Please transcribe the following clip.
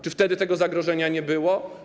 Czy wtedy tego zagrożenia nie było?